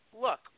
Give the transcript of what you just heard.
look